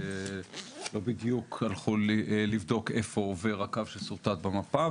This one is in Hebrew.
לא בדיוק הלכו לבדוק איפה עובר הקו ששורטט במפה,